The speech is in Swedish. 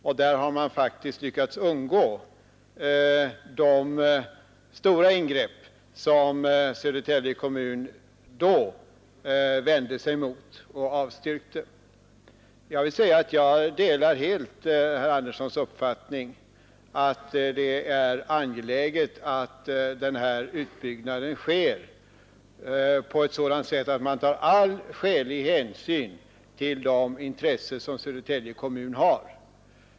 Man har faktiskt lyckats undgå de stora ingrepp som Södertälje kommun vände sig mot när man avstyrkte. Jag delar helt herr Anderssons i Södertälje uppfattning att det är angeläget att utbyggnaden sker på ett sådant sätt att man tar all skälig hänsyn till de intressen som Södertälje kommun har.